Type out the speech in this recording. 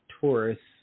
tourists